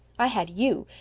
i had you,